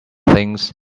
things